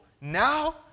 now